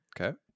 Okay